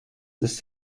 ist